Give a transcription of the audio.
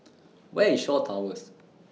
Where IS Shaw Towers